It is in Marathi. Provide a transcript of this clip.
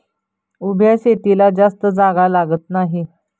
उभ्या शेतीला जास्त जागा लागत नाही